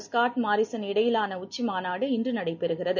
Scott Morrison இடையிலான உச்சி மாநாடு இன்று நடைபெறுகிறது